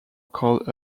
called